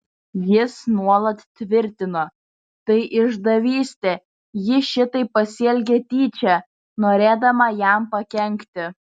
jis nuolat tvirtino tai išdavystė ji šitaip pasielgė tyčia norėdama jam pakenkti